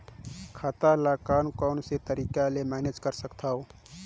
खाता ल कौन कौन से तरीका ले मैनेज कर सकथव?